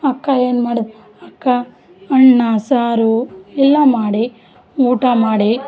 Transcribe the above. ಅಕ್ಕ ಏನು ಮಾಡು ಅಕ್ಕ ಅನ್ನ ಸಾರು ಎಲ್ಲ ಮಾಡಿ ಊಟ ಮಾಡಿ